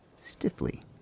stiffly